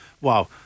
Wow